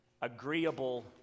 Agreeable